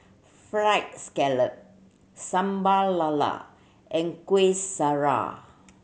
Fried Scallop Sambal Lala and Kuih Syara